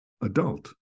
adult